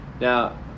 Now